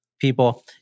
people